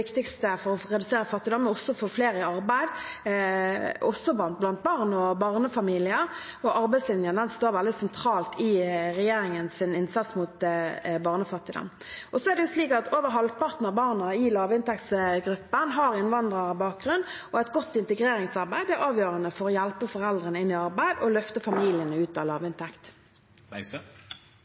Arbeidslinjen står veldig sentralt i regjeringens innsats mot barnefattigdom. Over halvparten av barna i lavinntektsgruppen har innvandrerbakgrunn, og et godt integreringsarbeid er avgjørende for å hjelpe foreldrene inn i arbeid og løfte familiene ut av lavinntekt. Kirsti Bergstø